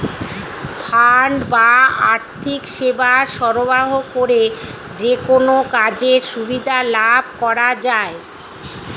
fund বা আর্থিক সেবা সরবরাহ করে যেকোনো কাজের সুবিধা লাভ করা যায়